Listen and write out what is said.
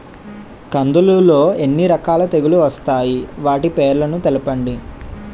కందులు లో ఎన్ని రకాల తెగులు వస్తాయి? వాటి పేర్లను తెలపండి?